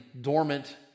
dormant